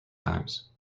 times